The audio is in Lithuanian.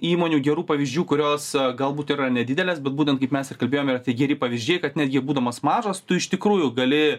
įmonių gerų pavyzdžių kurios galbūt yra nedidelės bet būtent kaip mes ir kalbėjom yra tie geri pavyzdžiai kad netgi būdamas mažas tu iš tikrųjų gali